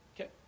Okay